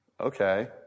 Okay